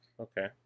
Okay